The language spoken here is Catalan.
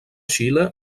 xile